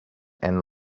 and